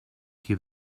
qui